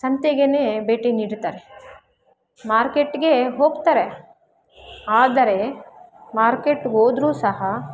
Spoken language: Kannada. ಸಂತೆಗೆ ಭೇಟಿ ನೀಡ್ತಾರೆ ಮಾರ್ಕೆಟ್ಗೆ ಹೋಗ್ತಾರೆ ಆದರೆ ಮಾರ್ಕೆಟ್ಗೋದ್ರೂ ಸಹ